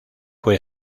fue